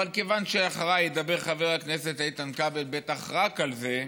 אבל כיוון שאחריי ידבר חבר הכנסת איתן כבל בטח רק על זה,